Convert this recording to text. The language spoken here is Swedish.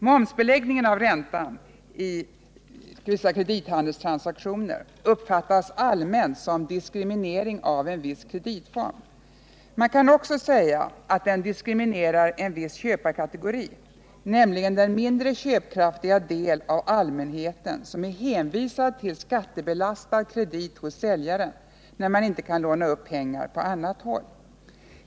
Momsbeläggningen av räntan vid vissa kredithandelstransaktioner uppfattas allmänt som diskriminering av en viss kreditform. Man kan också säga att den diskriminerar en viss köparkategori, nämligen den mindre köpkraftiga del av allmänheten som är hänvisad till skattebelastad kredit hos säljaren, när man inte kan låna upp pengar på annat håll.